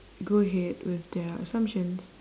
go ahead with their assumptions